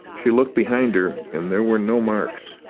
she looked behind her, and there were no marks.